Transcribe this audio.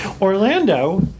Orlando